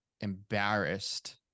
embarrassed